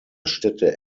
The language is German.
städte